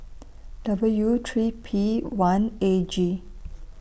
W three P one A G